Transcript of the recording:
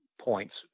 points